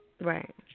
right